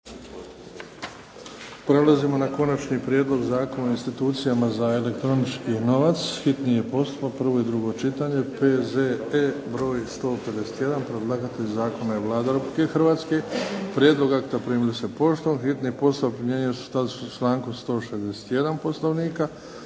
Prelazimo na - Konačni prijedlog Zakona o institucijama za elektronički novac, hitni postupak, prvo i drugo čitanje, P.Z.E. br. 151 Predlagatelj zakona je Vlada Republike Hrvatske. Prijedlog akta primili ste poštom. Hitni postupak primjenjuje se u skladu sa člankom 161. Poslovnika.